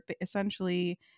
essentially